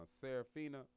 Serafina